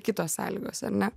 kitos sąlygos ar ne